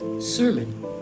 sermon